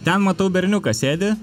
ten matau berniukas sėdi